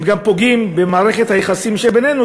הם גם פוגעים במערכת היחסים שבינינו,